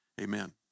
Amen